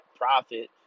profit